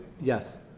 Yes